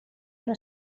una